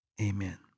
Amen